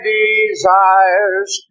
desires